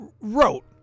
wrote